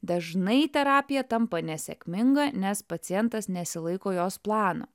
dažnai terapija tampa nesėkminga nes pacientas nesilaiko jos plano